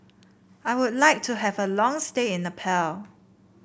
I would like to have a long stay in Nepal